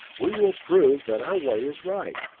we will prove that our way is right.